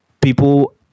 people